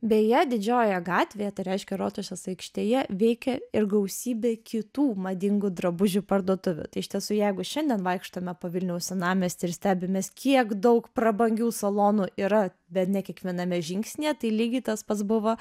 beje didžiojoje gatvėje tai reiškia rotušės aikštėje veikė ir gausybė kitų madingų drabužių parduotuvių tai iš tiesų jeigu šiandien vaikštome po vilniaus senamiestį ir stebimės kiek daug prabangių salonų yra bene kiekviename žingsnyje tai lygiai tas pats buvo